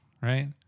right